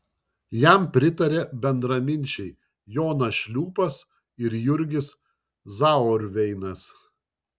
jam pritarė bendraminčiai jonas šliūpas ir jurgis zauerveinas